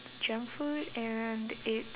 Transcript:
junk food and it's